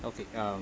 okay um